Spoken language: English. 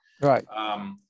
Right